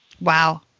Wow